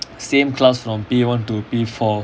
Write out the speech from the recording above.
same class from P one to P four